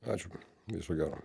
ačiū viso gero